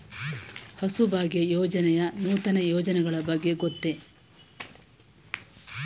ಹಸುಭಾಗ್ಯ ಯೋಜನೆಯ ನೂತನ ಯೋಜನೆಗಳ ಬಗ್ಗೆ ಗೊತ್ತೇ?